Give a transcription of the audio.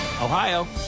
Ohio